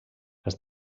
els